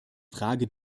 frage